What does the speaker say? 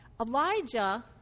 Elijah